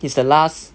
its the last